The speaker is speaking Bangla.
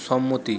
সম্মতি